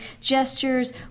gestures